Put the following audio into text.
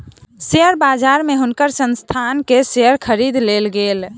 share बजार में हुनकर संस्थान के शेयर खरीद लेल गेल